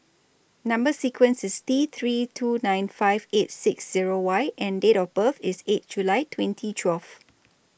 Number sequence IS T three two nine five eight six Zero Y and Date of birth IS eight July twenty twelve